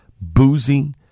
boozy